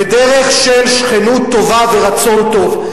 בדרך של שכנות טובה ורצון טוב.